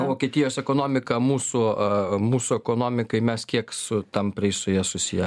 vokeitijos ekonomika mūsų a mūsų ekonomikai mes kiek su tampriai su ja susiję